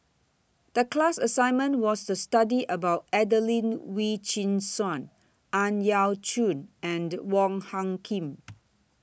The class assignment was to study about Adelene Wee Chin Suan Ang Yau Choon and The Wong Hung Khim